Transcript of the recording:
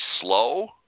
slow